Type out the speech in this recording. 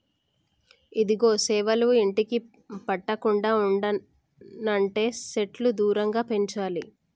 ఇదిగో సేవలు ఇంటికి పట్టకుండా ఉండనంటే సెట్లు దూరంగా పెంచాలి